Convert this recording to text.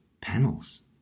panels